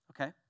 Okay